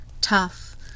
tough